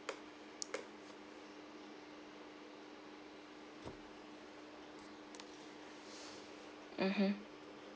mmhmm